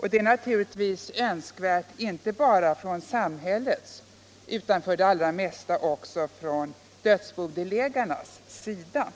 och det är naturligtvis önskvärt inte bara från samhällets utan för det allra mesta också från dödsbodelägarnas sida.